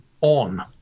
on